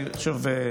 אני חושב,